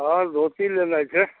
हँ धोती लेनाइ छै